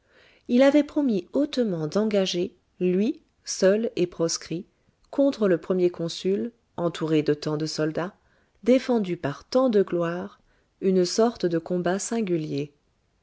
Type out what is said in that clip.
il avait promis hautement d'engager lui seul et proscrit contre le premier consul entouré de tant de soldats défendu par tant de gloire une sorte de combat singulier